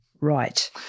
Right